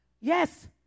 Yes